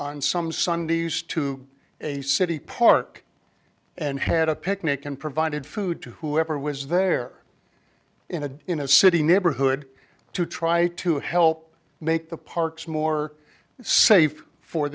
on some sundays to a city park and had a picnic and provided food to whoever was there in a in a city neighborhood to try to help make the parks more safe for